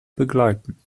begleiten